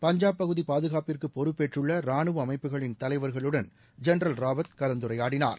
பஞ்சாப் பகுதி பாதுகாப்புக்கு பொறுப்பேற்றுள்ள ரானுவ அமைப்புகளின் தலைவர்களுடன் ஜென்ரல் ராவத் கலந்துரையாடினார்